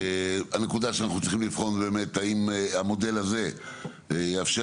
הנקודה שאנחנו צריכים לבחון האם המודל הזה יאפשר